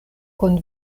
kun